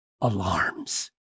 alarms